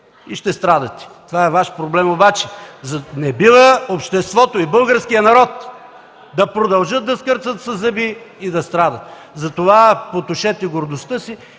(Смях от ДПС.) Това е Ваш проблем. Не бива обаче обществото и българският народ да продължат да скърцат със зъби и да страдат. Затова потушете гордостта си